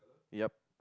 yup